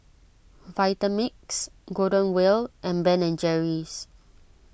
Vitamix Golden Wheel and Ben and Jerry's